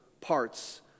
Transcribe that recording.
parts